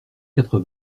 quatre